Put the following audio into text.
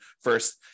first